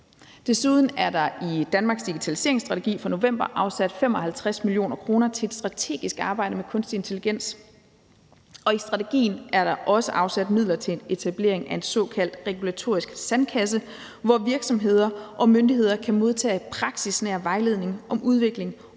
Desuden er der i Danmarks digitaliseringsstrategi fra november afsat 55 millioner kr. til strategisk arbejde med kunstig intelligens, og i strategien er der også afsat midler til etablering af en såkaldt regulatorisk sandkasse, hvor virksomheder og myndigheder kan modtage praksisnær vejledning om udvikling og brug